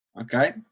Okay